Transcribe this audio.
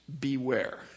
beware